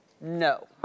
No